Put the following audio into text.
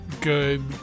good